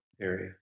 area